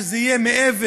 שזה יהיה מעבר,